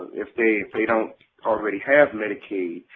if they they don't already have medicaid,